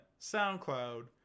SoundCloud